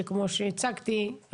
שכמו שהצגתי,